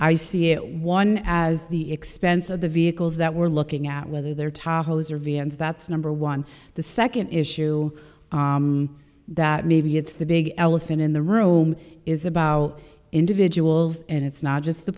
i see it one as the expense of the vehicles that we're looking at whether they're tacos or vans that's number one the second issue that maybe it's the big elephant in the room is about individuals and it's not just the